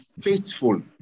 faithful